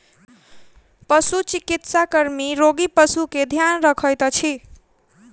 पशुचिकित्सा कर्मी रोगी पशु के ध्यान रखैत अछि